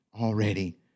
already